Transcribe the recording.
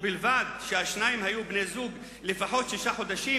ובלבד שהשניים היו בני-זוג לפחות שישה חודשים